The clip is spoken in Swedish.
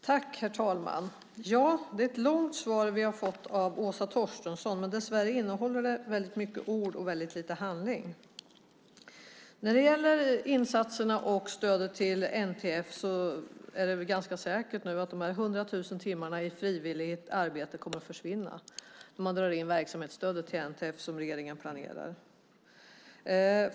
Herr talman! Det är ett långt svar vi har fått av Åsa Torstensson, men dessvärre innehåller det mest ord och väldigt lite handling. Det är väl ganska säkert nu att NTF:s 100 000 timmar i frivilligt arbete kommer att försvinna när man drar in verksamhetsstödet, som regeringen planerar.